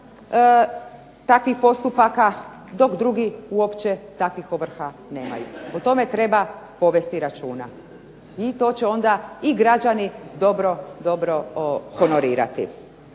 takvih postupaka dok drugi uopće takvih ovrha nemaju. O tome treba povesti računa i to će onda i građani dobro honorirati.